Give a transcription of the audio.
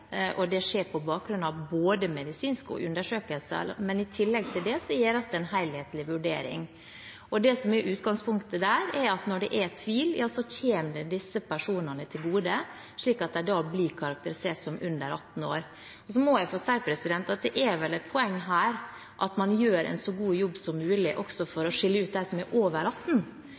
disse aldersfastsettelsene skjer. Det skjer på bakgrunn av medisinske undersøkelser, men i tillegg til det gjøres det en helhetlig vurdering. Det som er utgangspunktet, er at når det er tvil, kommer det disse personene til gode, slik at de blir karakterisert som under 18 år. Så må jeg få si at det er vel et poeng her at man gjør en så god jobb som mulig, også for å skille ut dem som er over 18